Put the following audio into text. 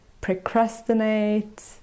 procrastinate